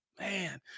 Man